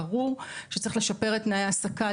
ברור שצריך לשפר את תנאי ההעסקה,